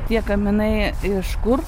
tie kaminai iš kur